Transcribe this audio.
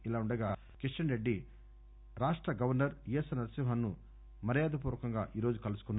ఇలా ఉండగా కిషన్ రెడ్డి రాష్ట గవర్నర్ ఈఎస్ఎల్ నరసింహస్ ను మర్యాదపూర్వకంగా కలుసుకున్నారు